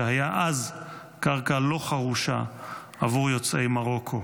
שהיה אז קרקע לא חרושה עבור יוצאי מרוקו.